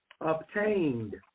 obtained